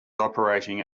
operating